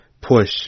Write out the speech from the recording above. push